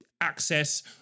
access